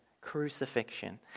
crucifixion